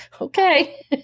Okay